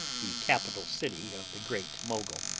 the capital city of the great mogul,